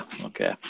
okay